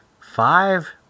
five